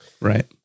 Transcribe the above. Right